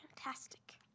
fantastic